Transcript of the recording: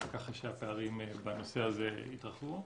כך שהפערים בנושא הזה התרחבו.